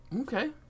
Okay